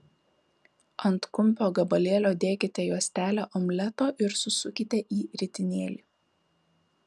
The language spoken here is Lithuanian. ant kumpio gabalėlio dėkite juostelę omleto ir susukite į ritinėlį